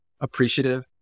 appreciative